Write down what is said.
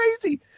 crazy